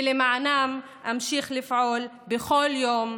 ולמענם אמשיך לפעול בכל יום,